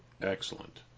Excellent